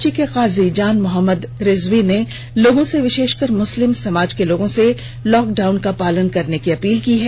उधर रांची के काजी जान मोहम्मद रिजवी ने लोगों से विषेषकर मुसलिम समाज के लोगों से लॉकडाउन का पालन करने की अपील की है